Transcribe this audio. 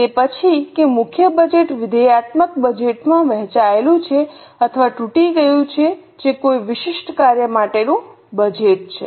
તે પછી કે મુખ્ય બજેટ વિધેયાત્મક બજેટ માં વહેંચાયેલું છે અથવા તૂટી ગયું છે જે કોઈ વિશિષ્ટ કાર્ય માટેનું બજેટ છે